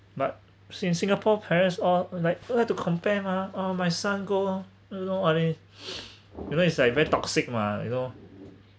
but see in singapore parents all like uh like to compare mah oh my son go you know is like very toxic mah you know